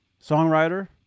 songwriter